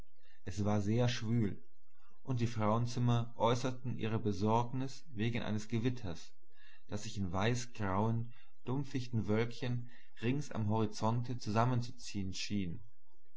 es war sehr schwül und die frauenzimmer äußerten ihre besorgnis wegen eines gewitters das sich in weißgrauen dumpfichten wölkchen rings am horizonte zusammenzuziehen schien